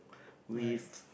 right